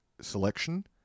selection